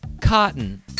cotton